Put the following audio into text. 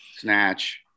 snatch